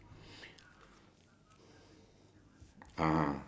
put we put I tell you what we put this simple lah sandcastle